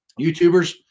YouTubers